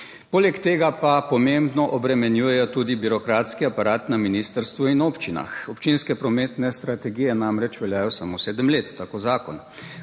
Poleg tega pa pomembno obremenjujejo tudi birokratski aparat na ministrstvu in občinah. Občinske prometne strategije namreč veljajo samo sedem let, tako zakon.